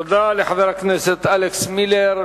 תודה לחבר הכנסת אלכס מילר.